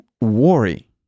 worry